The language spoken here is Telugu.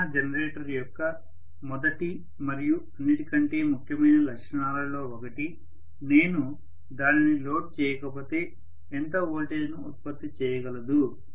ఏదైనా జనరేటర్ యొక్క మొదటి మరియు అన్నిటికంటే ముఖ్యమైన లక్షణాలలో ఒకటి నేను దానిని లోడ్ చేయకపోతే ఎంత వోల్టేజ్ ను ఉత్పత్తి చేయగలదు